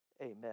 Amen